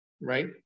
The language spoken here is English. right